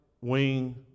wing